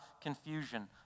confusion